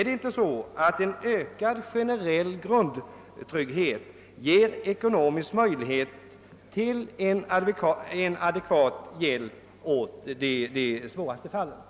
Ger inte en ökad allmän grundtrygghet ekonomisk möjlighet till adekvat hjälp åt de sämst ställda?